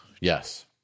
Yes